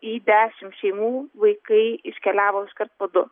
į dešim šeimų vaikai iškeliavo iškart po du